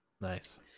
nice